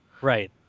Right